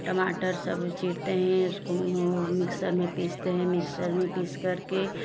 टमाटर सब चीरते हैं उसको मिक्सर में पिस्ते है मिक्सर में पीस कर के